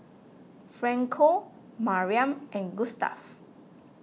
Franco Mariam and Gustaf